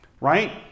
Right